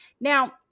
Now